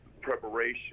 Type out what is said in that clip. preparation